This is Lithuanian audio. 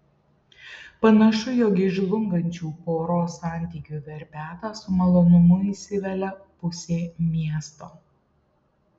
panašu jog į žlungančių poros santykių verpetą su malonumu įsivelia pusė miesto